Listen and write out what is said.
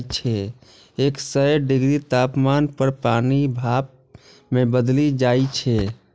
एक सय डिग्री तापमान पर पानि भाप मे बदलि जाइ छै